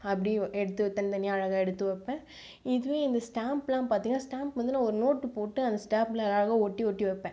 அப்படி எடுத்து தனித் தனியாக அழகாக எடுத்து வைப்பேன் இதுவே இந்த ஸ்டாம்ப்லாம் பார்த்தீங்கனா ஸ்டாம்ப் வந்து நான் ஒரு நோட் போட்டு அந்த ஸ்டாம்ப்லாம் அழகாக ஒட்டி ஒட்டி வைப்பேன்